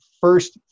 first